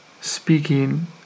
speaking